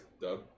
dub